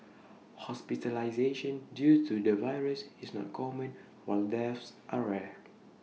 hospitalisation due to the virus is not common while deaths are rare